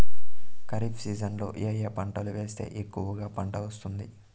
ఖరీఫ్ సీజన్లలో ఏ ఏ పంటలు వేస్తే ఎక్కువగా పంట వస్తుంది?